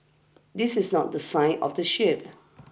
this is not the sign of the ship